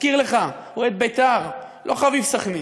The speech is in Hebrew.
מזכיר לך, אוהד "בית"ר", לא חביב "סח'נין".